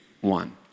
one